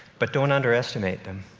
but don't underestimate them.